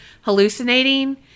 hallucinating